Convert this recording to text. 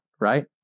right